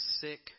sick